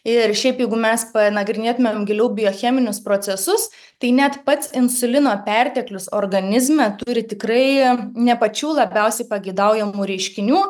ir šiaip jeigu mes panagrinėtumėm giliau biocheminius procesus tai net pats insulino perteklius organizme turi tikrai ne pačių labiausiai pageidaujamų reiškinių